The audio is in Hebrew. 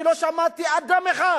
אני לא שמעתי אדם אחד